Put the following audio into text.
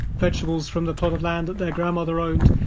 vegetables from the plot of land that their grandmother owned.